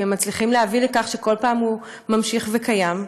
אם הם מצליחים להביא כל פעם לכך שהוא ממשיך להתקיים,